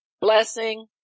blessing